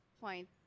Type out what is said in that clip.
point